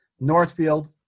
Northfield